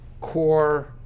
core